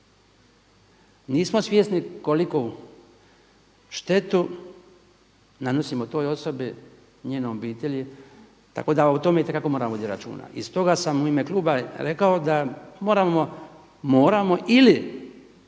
nismo svjesni koliku štetu nanosimo toj osobi, njenoj obitelji tako da o tome itekako moramo voditi računa. I stoga sam u ime Kluba rekao da moramo ili